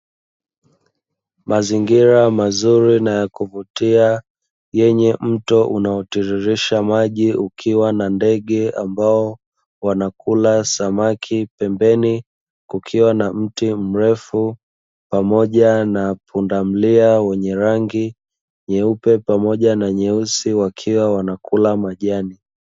Mazingira mazuri na ya kuvutia yenye mto unaotiririsha maji ukiwa na ndege ambao wanakula samaki. Pembeni kukiwa na mti mrefu, pamoja na pundamilia wenye rangi nyeupe pamoja na nyeusi wakiwa wanakula majani.